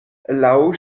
laŭ